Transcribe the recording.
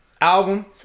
Album